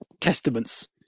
testaments